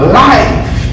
life